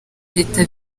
leta